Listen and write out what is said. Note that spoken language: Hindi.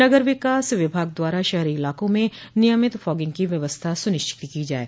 नगर विकास विभाग द्वारा शहरी इलाकों में नियमित फागिंग की व्यवस्था सूनिश्चित की जाये